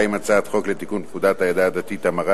2. הצעת חוק לתיקון פקודת העדה הדתית (המרה)